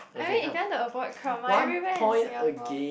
I mean if you want to avoid crowd mah everywhere in Singapore